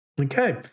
Okay